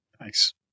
Nice